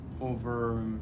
over